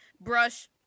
brush